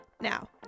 Now